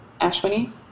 Ashwini